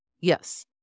Yes